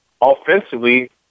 offensively